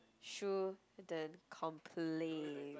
shouldn't complain